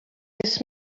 this